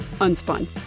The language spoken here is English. Unspun